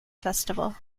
festival